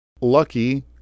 Lucky